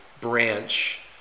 branch